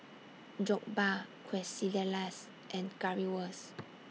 Jokbal Quesadillas and Currywurst